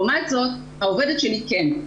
לעומת זאת העובדת שלי כן.